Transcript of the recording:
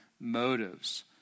motives